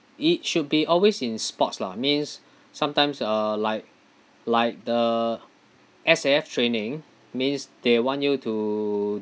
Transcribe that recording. it should be always in sports lah means sometimes uh like like the S_A_F training means they want you to